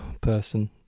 person